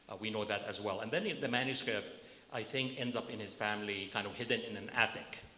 we know that as well. and then the the manuscript i think ends up in his family kind of hidden in an attic.